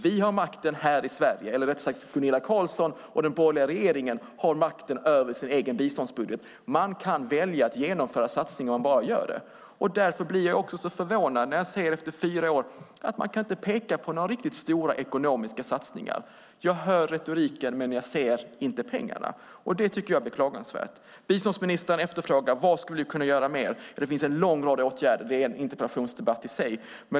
Vi har makten här i Sverige, eller rättare sagt Gunilla Carlsson och den borgerliga regeringen har makten över sin egen biståndsbudget. Man kan välja att genomföra satsningar om man bara gör det. Därför blir jag också så förvånad när jag efter fyra år ser att man inte kan peka på några riktigt stora ekonomiska satsningar. Jag hör retoriken, men jag ser inte pengarna. Det tycker jag är beklagansvärt. Biståndsministern efterfrågar vad vi skulle kunna göra mer. Det finns en lång rad åtgärder. Det är en interpellationsdebatt i sig.